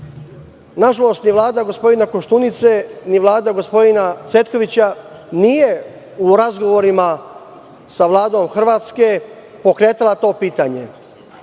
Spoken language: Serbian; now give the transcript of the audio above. Nažalost, ni vlada gospodina Koštunice, ni vlada gospodina Cvetkovića nije u razgovorima sa Vladom Hrvatske pokretala to pitanje.